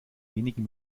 wenigen